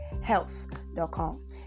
health.com